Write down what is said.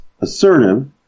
assertive